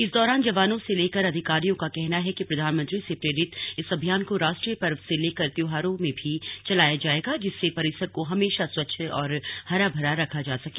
इस दौरान जवानों से लेकर अधिकारियों का कहना है कि प्रधानमंत्री से प्रेरित इस अभियान को राष्ट्रीय पर्व से लेकर त्योहारों में भी चलाया जाएगा जिससे परिसर को हमेशा स्वच्छ और हरा भरा रखा जा सके